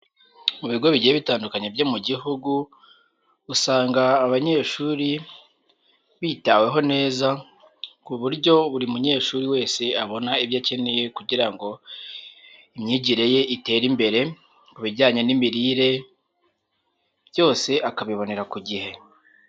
Mu bigo bigiye bitandukanye byo mu gihugu, usanga abanyeshuri bitaweho neza ku buryo buri munyeshuri wese abona ibyo akeneye kugira ngo imyigire ye itere imbere, ku bijyanye n'imirire byose akabibonera ku gihe.